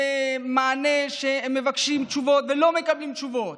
עם מענה, הם מבקשים תשובות ולא מקבלים תשובות,